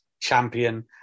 champion